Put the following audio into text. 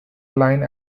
line